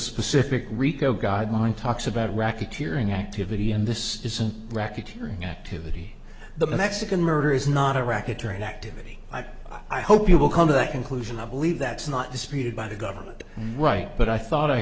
specific rico guideline talks about racketeering activity and this isn't racketeering activity the mexican murder is not a racketeering activity i hope you will come to that conclusion i believe that's not disputed by the government right but i thought i